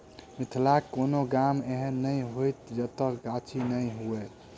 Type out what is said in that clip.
मिथिलाक कोनो गाम एहन नै होयत जतय गाछी नै हुए